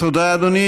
תודה, אדוני.